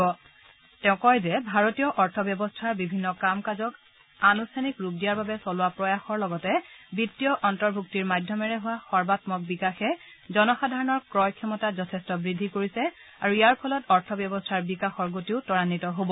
বিত্ত মন্ত্ৰীয়ে কয় যে ভাৰতীয় অৰ্থব্যৱস্থাৰ বিভিন্ন কাম কাজক আনুষ্ঠানিক ৰূপ দিয়াৰ বাবে চলোৱা প্ৰয়াসৰ লগতে বিত্তীয় অন্তৰ্ভুক্তিৰ মাধ্যমেৰে হোৱা সৰ্বামক বিকাশে জনসাধাৰণৰ ক্ৰয় ক্ষমতা যথেষ্ট বৃদ্ধি কৰিছে আৰু ইয়াৰ ফলত অৰ্থব্যৱস্থাৰ বিকাশৰ গতিও ত্ৰাৱিত হ'ব